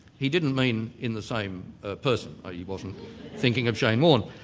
he didn't mean in the same person ah he wasn't thinking of shane warne.